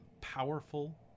powerful